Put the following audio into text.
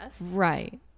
Right